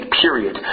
period